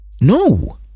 no